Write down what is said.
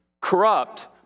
corrupt